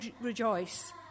rejoice